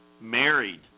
married